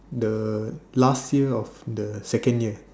the last year of the second year